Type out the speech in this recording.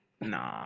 nah